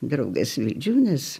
draugas vildžiūnas